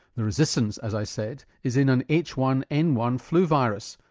the resistance, as i said, is in an h one n one flu virus,